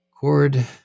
chord